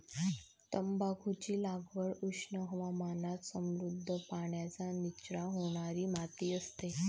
तंबाखूची लागवड उष्ण हवामानात समृद्ध, पाण्याचा निचरा होणारी माती असते